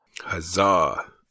Huzzah